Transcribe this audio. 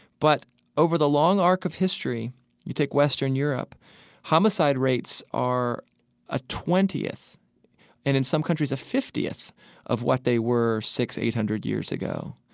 but over the long arc of history you take western europe homicide rates are a twentieth and in some countries a fiftieth of what they were six hundred, eight hundred years ago,